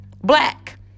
black